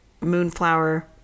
moonflower